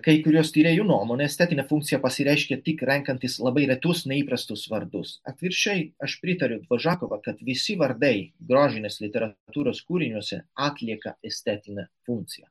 kai kurios tyrėjų nuomone estetinė funkcija pasireiškia tik renkantis labai retus neįprastus vardus atvirkščiai aš pritariu dvoržakova kad visi vardai grožinės literatūros kūriniuose atlieka estetinę funkciją